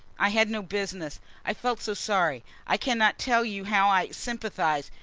i had no business i felt so sorry i cannot tell you how i sympathize!